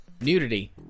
Nudity